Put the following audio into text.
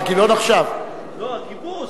גלאון, אמרתי.